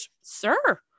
sir